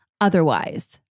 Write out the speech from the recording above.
otherwise